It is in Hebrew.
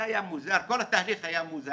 זה היה מוזר, כל התהליך היה מוזר.